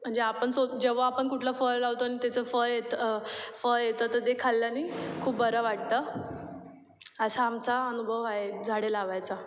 म्हणजे आपण सो जेव्हा आपण कुठलं फळ लावतो आणि त्याचं फळ येतं फळ येतं तर ते खाल्ल्याने खूप बरं वाटतं असा आमचा अनुभव आहे झाडे लावायचा